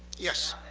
yes,